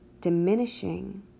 diminishing